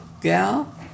gal